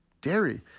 dairy